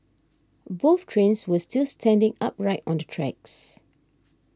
both trains were still standing upright on the tracks